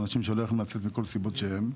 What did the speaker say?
או אנשים שלא יכולים לצאת מכל סיבות שהן.